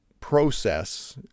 process